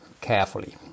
carefully